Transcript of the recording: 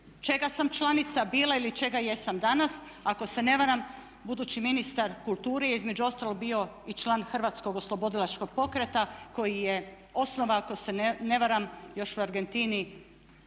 čega sam članica bila ili čega jesam danas, ako se ne varam budući ministar kulture je između ostalog bio i član Hrvatskog oslobodilačkog pokreta koji je osnovan ako se ne varam još u Argentini